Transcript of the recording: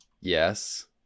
yes